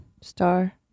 Star